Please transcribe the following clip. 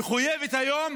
מחויבת היום